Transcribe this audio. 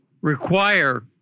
require